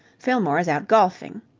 fillmore is out golfing.